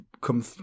come